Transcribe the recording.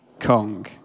Kong